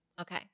Okay